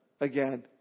again